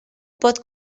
pot